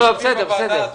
הוגשו 172 עררים,